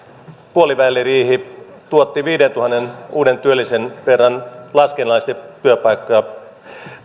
puoliväliriihi tuotti viidentuhannen uuden työllisen verran laskennallisesti työpaikkoja